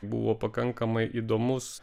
buvo pakankamai įdomus